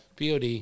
POD